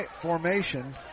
formation